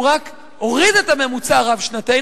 הוא רק הוריד את הממוצע הרב-שנתי.